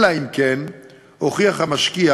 אלא אם כן הוכיח המשקיע